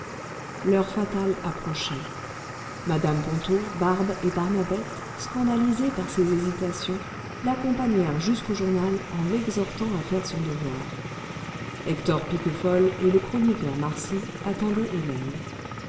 l'heure fatale approchait m ponto barbe et barnabette scandalisées par ses hésitations l'accompagnèrent jusqu'au journal en l'exhortant à faire son devoir hector piquefol et le chroniqueur marsy attendaient hélène